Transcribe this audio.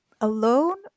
alone